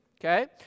okay